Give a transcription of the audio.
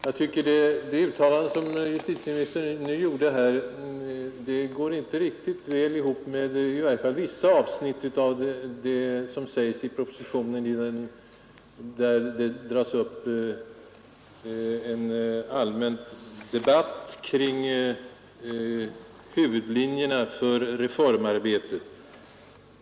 Jag tycker dock att det uttalande som justitieministern nu gjorde inte går riktigt väl ihop med i varje fall vissa avsnitt av vad som sägs i propositionen, där det förs en allmän och utförlig debatt kring huvudlinjerna för reformarbetet på sikt.